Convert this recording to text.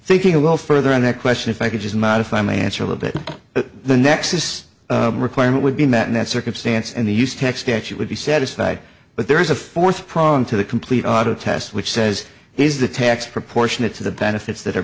thinking a little further on that question if i could just modify my answer of a bit the next is a requirement would be met in that circumstance and the used text actually would be satisfied but there is a fourth problem to the complete auto test which says he is the tax proportionate to the benefits that are